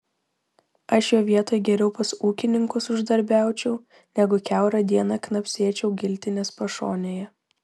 aš jo vietoj geriau pas ūkininkus uždarbiaučiau negu kiaurą dieną knapsėčiau giltinės pašonėje